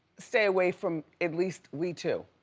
stay away from at least we two.